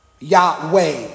Yahweh